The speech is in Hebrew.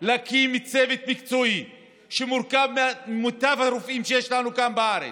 להקים צוות מקצועי שמורכב ממיטב הרופאים שיש לנו כאן בארץ,